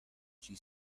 she